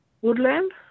woodland